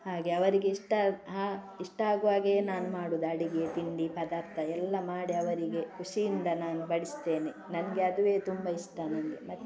ಹಾಗೆ ಅವರಿಗೆ ಇಷ್ಟ ಆ ಇಷ್ಟ ಆಗುವ ಹಾಗೆಯೇ ನಾನು ಮಾಡೋದು ಅಡಿಗೆ ತಿಂಡಿ ಪದಾರ್ಥ ಎಲ್ಲ ಮಾಡಿ ಅವರಿಗೆ ಖುಷಿಯಿಂದ ನಾನು ಬಡಿಸ್ತೇನೆ ನನಗೆ ಅದುವೇ ತುಂಬ ಇಷ್ಟ ನನಗೆ ಮತ್ತೆ